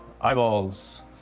eyeballs